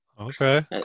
Okay